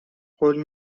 قول